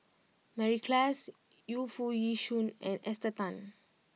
Mary Klass Yu Foo Yee Shoon and Esther Tan